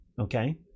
Okay